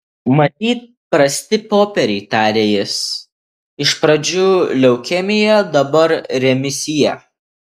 matyt prasti popieriai tarė jis iš pradžių leukemija dabar remisija